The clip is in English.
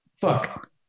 Fuck